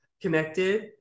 connected